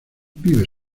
vive